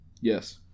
Yes